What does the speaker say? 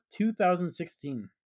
2016